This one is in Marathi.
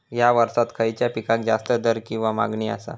हया वर्सात खइच्या पिकाक जास्त दर किंवा मागणी आसा?